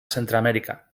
centreamèrica